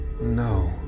No